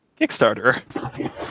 Kickstarter